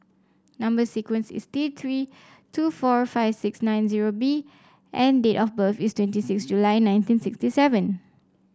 number sequence is T Three two four five six nine zero B and date of birth is twenty six July nineteen sixty seven